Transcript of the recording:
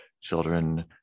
children